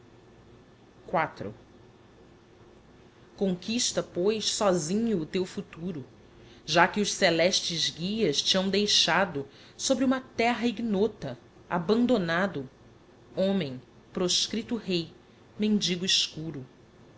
iv conquista pois sósinho o teu futuro já que os celestes guias te hão deixado sobre uma terra ignota abandonado homem proscrito rei mendigo escuro